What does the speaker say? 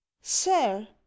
sir